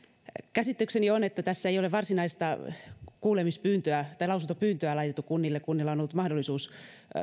käsitykseni on että tässä ei ole varsinaista lausuntopyyntöä laitettu kunnille kunnilla on ollut mahdollisuus